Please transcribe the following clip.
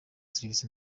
servisi